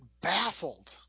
baffled